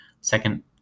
second